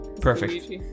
Perfect